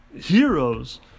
heroes